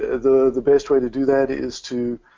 ah the the best way to do that is to,